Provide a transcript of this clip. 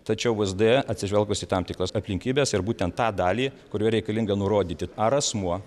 tačiau vsd atsižvelgus į tam tikras aplinkybes ir būtent tą dalį kuri reikalinga nurodyti ar asmuo